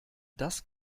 das